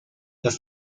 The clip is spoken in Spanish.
las